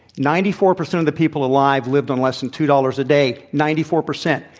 ninety four percent of the people alive lived on less than two dollars a day, ninety four percent.